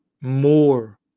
more